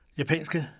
japanske